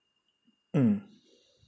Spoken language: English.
mm